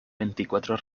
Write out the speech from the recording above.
veinticuatro